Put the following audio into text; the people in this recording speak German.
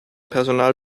personal